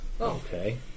Okay